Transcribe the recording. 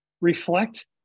reflect